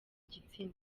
gitsina